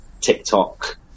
tiktok